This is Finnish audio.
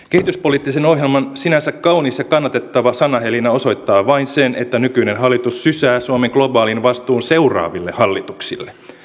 kehityspoliittisen ohjelman sinänsä kaunis ja kannatettava sanahelinä osoittaa vain sen että nykyinen hallitus sysää suomen globaalin vastuun seuraaville hallituksille